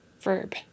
verb